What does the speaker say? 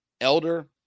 Elder